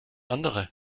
andere